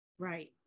Right